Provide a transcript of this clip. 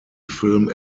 film